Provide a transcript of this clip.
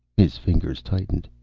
his fingers tightened.